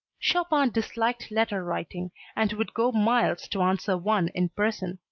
chopin disliked letter writing and would go miles to answer one in person.